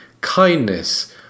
kindness